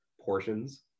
portions